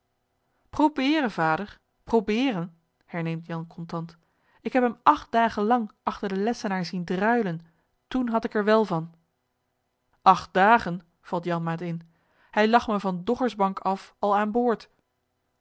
probeeren vader probeeren herneemt jan contant ik heb hem acht dagen lang achter den lessenaar zien druilen toen had ik er wèl van acht dagen valt janmaat in hij lag me van doggersbank af al aan boord